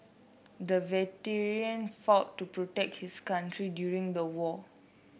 the veteran fought to protect his country during the war